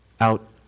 out